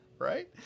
right